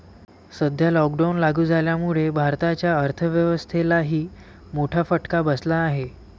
सध्या लॉकडाऊन लागू झाल्यामुळे भारताच्या अर्थव्यवस्थेलाही मोठा फटका बसला आहे